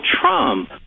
Trump